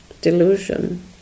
delusion